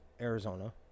Arizona